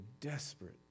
desperate